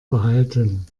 behalten